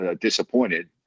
disappointed